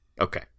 Okay